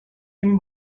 him